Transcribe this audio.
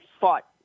fought